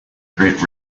great